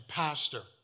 pastor